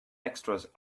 extras